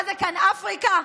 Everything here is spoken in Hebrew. מה זה כאן, אפריקה?